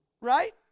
right